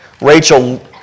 Rachel